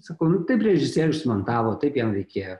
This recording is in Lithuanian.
sakau nu taip režisierius montavo taip jam reikėjo